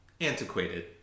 Antiquated